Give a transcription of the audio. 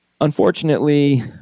Unfortunately